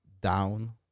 down